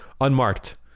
unmarked